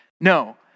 No